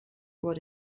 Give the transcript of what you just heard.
what